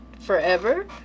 forever